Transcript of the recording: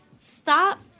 Stop